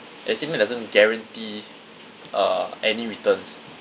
at the same time it doesn't guarantee uh any returns